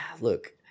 look